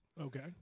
Okay